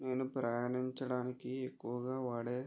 నేను ప్రయాణించడానికి ఎక్కువగా వాడే